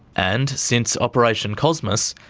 and since operation cosmas,